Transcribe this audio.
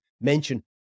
mention